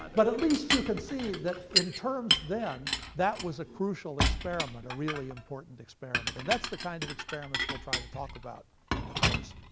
but at least you can see that in terms then, that was a crucial experiment, a really important experiment, and that's the kind of experiments we'll try to talk about in the course.